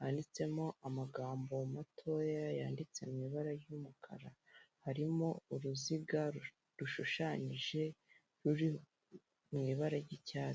handitsemo amagambo matoya yanditse mu ibara ry'umukara harimo uruziga rushushanyije ruri mu ibara ry'icyatsi.